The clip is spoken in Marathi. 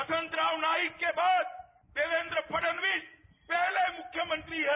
वसंतराव नाईक के बाद देवेंद्र फडणवीस पहिले म्ख्यमंत्री हे